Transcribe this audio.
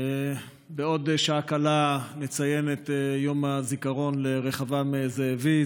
בעוד שעה קלה נציין את יום הזיכרון לרחבעם זאבי,